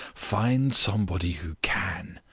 find somebody who can